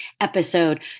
episode